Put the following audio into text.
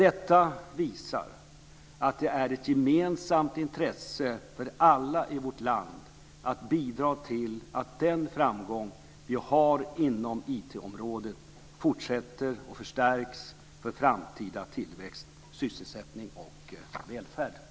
Detta visar att det är ett gemensamt intresse för alla i vårt land att bidra till att den framgång vi har inom IT-området fortsätter och förstärks för framtida tillväxt, sysselsättning och välfärd. Tack!